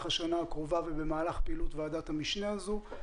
השנה הקרובה ובמהלך הפעילות של ועדת המשנה הזאת.